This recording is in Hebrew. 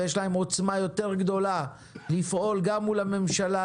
ויש להם עוצמה יותר גדולה לפעול גם מול הממשלה.